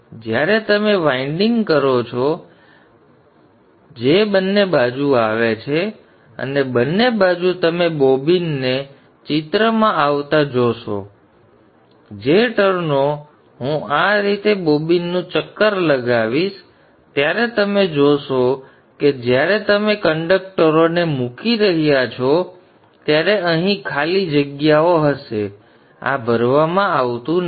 જ્યારે તમે વાઇન્ડિંગ કરો છો જે બંને બાજુ આવે છે અને બંને બાજુ તમે બોબિનને ચિત્રમાં આવતા જોશો જે ટર્નો હું આ રીતે બોબિનનું ચક્કર લગાવીશ ત્યારે તમે જોશો કે જ્યારે તમે કંડક્ટરો ને મૂકી રહ્યા છો ત્યારે અહીં ખાલી જગ્યાઓ હશે આ ભરવામાં આવતું નથી